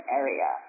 area